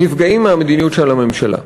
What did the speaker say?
נפגעים מהמדיניות של הממשלה.